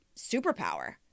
superpower